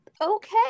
Okay